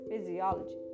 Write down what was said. physiology